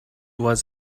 was